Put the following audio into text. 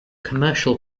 commercial